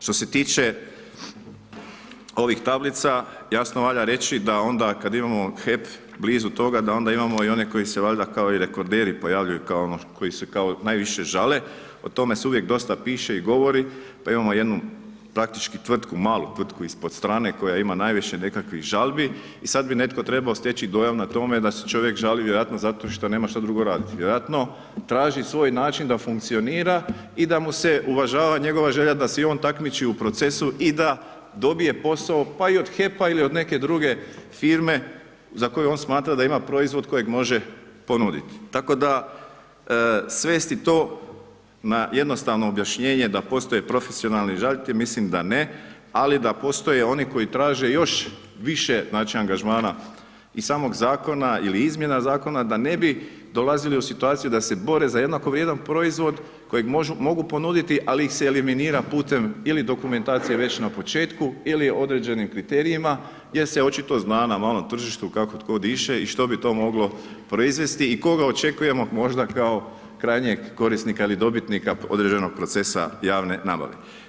Što se tiče ovih tablica, jasno valja reći da onda kad imamo HEP blizu toga, da onda imamo i one koji se valjda kao i rekorderi pojavljuju kao ono koji se kao najviše žale, o tome se uvijek dosta piše i govori, pa imamo jednu praktički tvrtku, malu, tvrtku ispod strane koja imam najviše nekakvih žalbi i sad bi netko trebao steći dojam na tome da se čovjek žali vjerojatno zato što nema šta drugo raditi, vjerojatno traži svoj način da funkcionira i da mu se uvažava njegova želja da se i on takmiči u procesu i da dobije posao, pa i od HEP-a ili od neke druge firme za koju on smatra da ima proizvod kojeg može ponudit, tako da svesti to na jednostavno objašnjenje da postoje profesionalni žalitelji, mislim da ne, ali da postoje oni koji traže još više, znači, angažmana, iz samog zakona ili izmjena zakona, da ne bi dolazili u situaciju da se bore za jednako vrijedan proizvod kojeg mogu ponuditi, ali ih se eliminira putem ili dokumentacije već na početku ili određenim kriterijima jer se očito zna na malom tržištu kako tko diše i što bi to moglo proizvesti i koga očekujemo možda kao krajnjeg korisnika ili dobitnika određenog procesa javne nabave.